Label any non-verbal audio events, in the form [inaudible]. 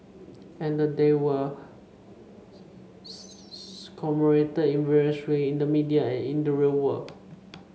and the day were [unintelligible] commemorated in various ways in the media and in the real world